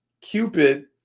Cupid